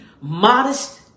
modest